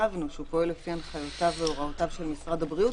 כתבנו שהוא פועל לפי הנחיותיו והוראותיו של משרד הבריאות.